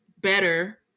better